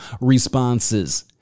responses